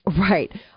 Right